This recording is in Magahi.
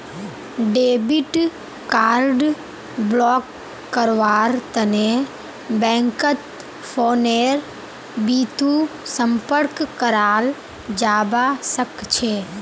डेबिट कार्ड ब्लॉक करव्वार तने बैंकत फोनेर बितु संपर्क कराल जाबा सखछे